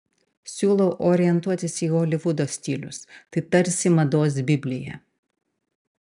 siūlau orientuotis į holivudo stilius tai tarsi mados biblija